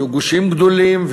יהיו גושים גדולים,